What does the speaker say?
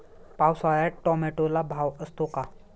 पावसाळ्यात टोमॅटोला भाव असतो का?